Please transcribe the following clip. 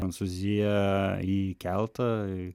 prancūzija į keltą